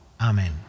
amen